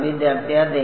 വിദ്യാർത്ഥി അതെ